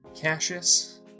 Cassius